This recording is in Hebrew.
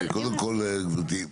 קודם כל גברתי,